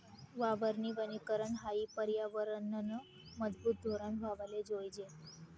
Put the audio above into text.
वावरनं वनीकरन हायी या परयावरनंनं मजबूत धोरन व्हवाले जोयजे